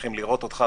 שמחים לראות אותך,